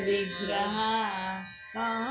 Vigraha